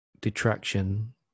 detraction